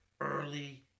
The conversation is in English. early